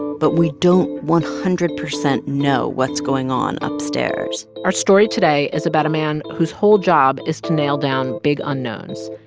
but we don't one hundred percent know what's going on upstairs? our story today is about a man whose whole job is to nail down big unknowns.